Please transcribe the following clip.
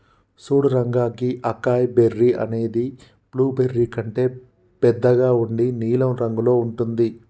సూడు రంగా గీ acai berry అనేది బ్లూబెర్రీ కంటే బెద్దగా ఉండి నీలం రంగులో ఉంటుంది